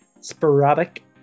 sporadic